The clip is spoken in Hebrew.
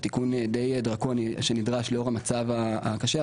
זה תיקון די דרקוני שנדרש לאור המצב הקשה,